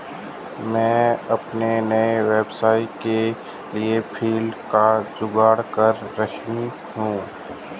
मैं अपने नए व्यवसाय के लिए फंडिंग का जुगाड़ कर रही हूं